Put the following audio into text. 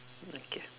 okay